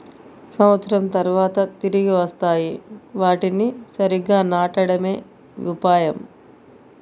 సంవత్సరం తర్వాత తిరిగి వస్తాయి, వాటిని సరిగ్గా నాటడమే ఉపాయం